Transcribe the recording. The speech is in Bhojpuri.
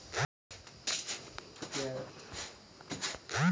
रियायती रिण के किफायती रिण भी कहल जाला